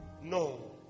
no